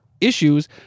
issues